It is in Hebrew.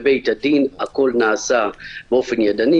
בבית-הדין הכול נעשה באופן ידני.